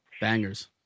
Bangers